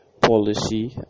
policy